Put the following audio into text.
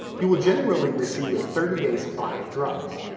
you will generally receive a thirty day supply of drugs.